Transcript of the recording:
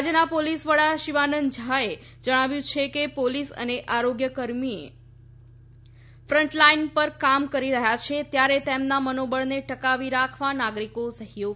રાજયના પોલીસ વડા શિવાનંદ ઝા એ જણાવ્યું છે કે પોલીસ અને આરોગ્ય કર્મીઓ ફન્ટલાઇન પર કામ કરી રહ્યાં છે ત્યારે તેમના મનોબળને ટકાવી રાખવા નાગરીકો સહયોગ કરે